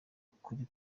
ukuri